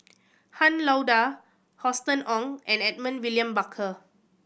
Han Lao Da Austen Ong and Edmund William Barker